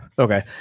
Okay